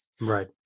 Right